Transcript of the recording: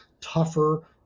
tougher